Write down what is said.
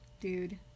Dude